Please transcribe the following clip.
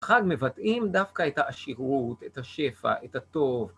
בחג מבטאים דווקא את העשירות, את השפע, את הטוב.